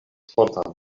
fortan